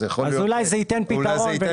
יכול להיות שזה ייתן פתרון.